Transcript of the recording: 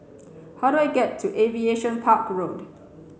how do I get to Aviation Park Road